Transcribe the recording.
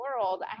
world